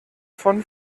von